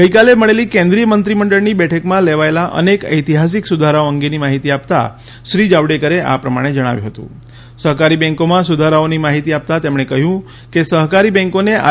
ગઈકાલે મળેલી કેન્દ્રીય મંત્રી મંડળની બેઠકમાં લેવાયેલા અનેક ઐતિહાસિક સુધારાઓ અંગેની માહિતી આપતા શ્રી જાવડેકરે આ પ્રમાણે જણાવ્યું હતું સહકારી બેંકોમાં સુધારાઓની માહિતી આપતા તેમને કહ્યું કે સહકારી બેન્કોને આર